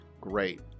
Great